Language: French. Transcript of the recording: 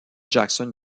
jackson